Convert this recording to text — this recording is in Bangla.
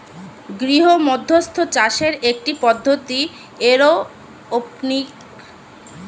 গৃহমধ্যস্থ চাষের একটি পদ্ধতি, এরওপনিক্সের অনেক সুবিধা